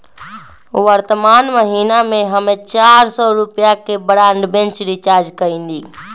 वर्तमान महीना में हम्मे चार सौ रुपया के ब्राडबैंड रीचार्ज कईली